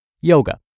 Yoga